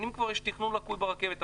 שנים כבר יש תכנון לקוי ברכבת.